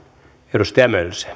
arvoisa